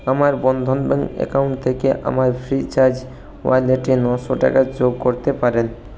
আমার Bandhan bank account থেকে আমার ফ্রিচার্জ ওয়ালেটে নশো টাকা যোগ করতে পারেন